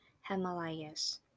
Himalayas